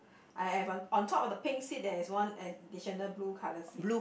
I have on top of the pink seat there is one additional blue colour seat